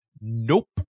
Nope